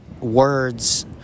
words